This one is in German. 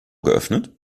geöffnet